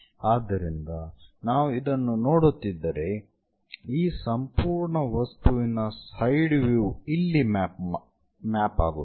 ಆದ್ದರಿಂದ ನಾವು ಇದನ್ನು ನೋಡುತ್ತಿದ್ದರೆ ಈ ಸಂಪೂರ್ಣ ವಸ್ತುವಿನ ಸೈಡ್ ವ್ಯೂ ಇಲ್ಲಿ ಮ್ಯಾಪ್ ಆಗುತ್ತದೆ